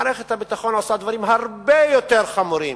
מערכת הביטחון עושה דברים הרבה יותר חמורים.